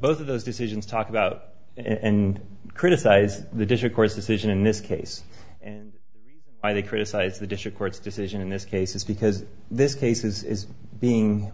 both of those decisions talk about and criticize the district court's decision in this case and why they criticize the district court's decision in this case is because this case is being